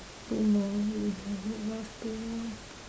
two more left two more